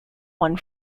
one